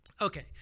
Okay